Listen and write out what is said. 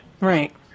Right